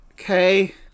Okay